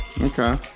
Okay